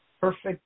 perfect